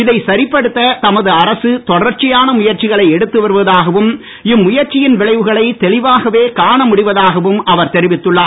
இதை சரிபடுத்த தமது அரசு தொடர்ச்சியான முயற்சிகளை எடுத்து வருவதாகவும் இம்முயற்சியின் விளைவுகளை தெளிவாகவே காண முடிவதாகவும் அவர் தெரிவித்துள்ளார்